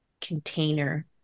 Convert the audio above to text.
container